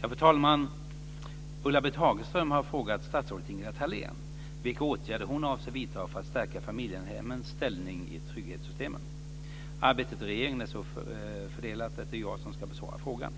Fru talman! Ulla-Britt Hagström har frågat statsrådet Ingela Thalén vilka åtgärder hon avser vidta för att stärka familjehemmens ställning i trygghetssystemet. Arbetet i regeringen är så fördelat att det är jag som ska besvara frågan.